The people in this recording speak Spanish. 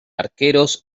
arqueros